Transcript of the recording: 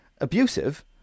abusive